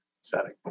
setting